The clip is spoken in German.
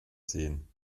sehen